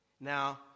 Now